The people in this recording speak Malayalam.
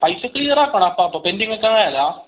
പൈസ ക്ലിയറാക്കണം അപ്പ അപ്പം പെൻഡിങ് വെക്കണെ അല്ല